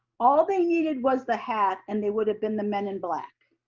all they needed was the hat and they would have been the men in black.